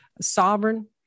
sovereign